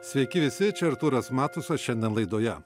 sveiki visi čia artūras matusas šiandien laidoje